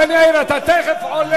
רוצים לחסל אותנו.